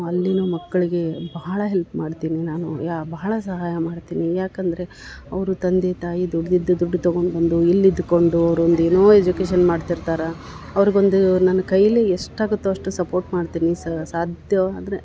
ಅಲ್ಲಿನೂ ಮಕ್ಕಳಿಗೆ ಬಹಳ ಹೆಲ್ಪ್ ಮಾಡ್ತೀನಿ ನಾನು ಯಾ ಬಹಳ ಸಹಾಯ ಮಾಡ್ತೀನಿ ಯಾಕಂದರೆ ಅವರು ತಂದೆ ತಾಯಿ ದುಡ್ದಿದ್ದು ದುಡ್ಡು ತುಗೊಂಡು ಬಂದು ಇಲ್ಲಿದ್ಕೊಂಡು ಅವ್ರು ಒಂದು ಏನೋ ಎಜುಕೇಶನ್ ಮಾಡ್ತಿರ್ತರೆ ಅವ್ಗೊಂದು ನನ್ನ ಕೈಲಿ ಎಷ್ಟಾಗುತ್ತೊ ಅಷ್ಟು ಸಪೋರ್ಟ್ ಮಾಡ್ತೀನಿ ಸಾಧ್ಯವಾದರೆ